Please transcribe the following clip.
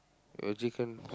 your chicken